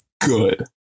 good